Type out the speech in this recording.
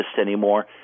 anymore